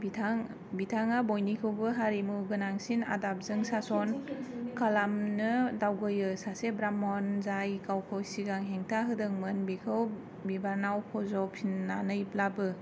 बिथाङा बयनिखौबो हारिमु गोनांसिन आदबजों सासन खालामनो दावबोयो सासे ब्राह्मण जाय गावखौ सिगां हेंथा होदोंमोन बिखौ बिबानाव फज'फिननानैब्लाबो